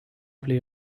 play